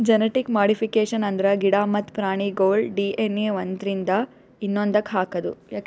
genetic modification ಅಂದ್ರ ಗಿಡ ಮತ್ತ್ ಪ್ರಾಣಿಗೋಳ್ ಡಿ.ಎನ್.ಎ ಒಂದ್ರಿಂದ ಇನ್ನೊಂದಕ್ಕ್ ಹಾಕದು